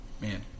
man